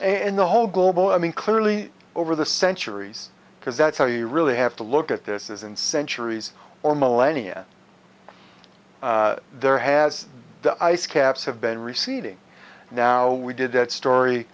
and the whole global i mean clearly over the centuries because that's all you really have to look at this isn't centuries or millennia there has the ice caps have been receding now we did that story